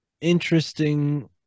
interesting